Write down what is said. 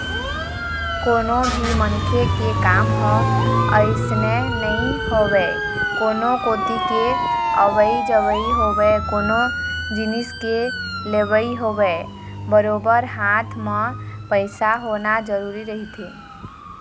कोनो भी मनखे के काम ह अइसने नइ होवय कोनो कोती के अवई जवई होवय कोनो जिनिस के लेवई होवय बरोबर हाथ म पइसा होना जरुरी रहिथे